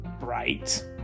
Right